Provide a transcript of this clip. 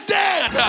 dead